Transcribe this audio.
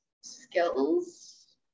skills